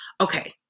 okay